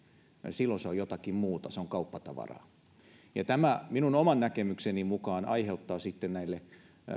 silloin se on jotakin muuta se on kauppatavaraa tämä minun oman näkemykseni mukaan aiheuttaa sitten näille